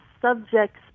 subjects